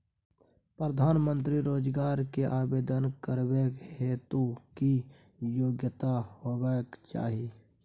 प्रधानमंत्री रोजगार के आवेदन करबैक हेतु की योग्यता होबाक चाही?